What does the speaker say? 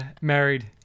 married